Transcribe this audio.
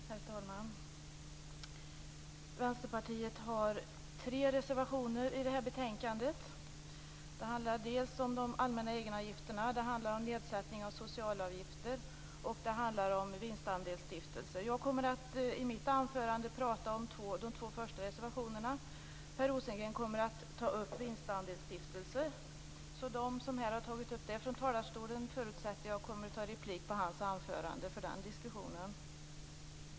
Herr talman! Vänsterpartiet har tre reservationer i det här betänkandet. Det handlar om de allmänna egenavgifterna, en nedsättning av socialavgifter och vinstandelsstiftelser. Jag kommer att i mitt anförande tala om de två första reservationerna. Per Rosengren kommer att ta upp vinstandelsstiftelser, så de som tagit upp dem förutsätter jag kommer att ta replik på hans anförande för den diskussionen.